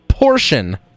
Portion